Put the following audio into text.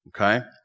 Okay